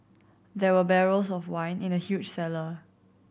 there were barrels of wine in the huge cellar